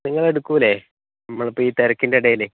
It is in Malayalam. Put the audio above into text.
നിങ്ങൾ എടുക്കില്ലേ നമ്മൾ ഇപ്പോൾ ഈ തിരക്കിന്റെ ഇടയിലേ